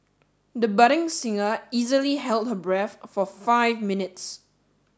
the budding singer easily held her breath for five minutes